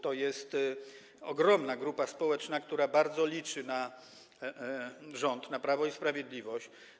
To jest ogromna grupa społeczna, która bardzo liczy na rząd, na Prawo i Sprawiedliwość.